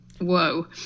Whoa